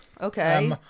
Okay